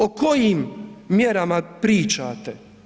O kojim mjerama pričate?